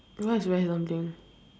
what is rice dumpling